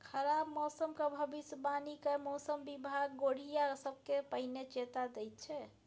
खराब मौसमक भबिसबाणी कए मौसम बिभाग गोढ़िया सबकेँ पहिने चेता दैत छै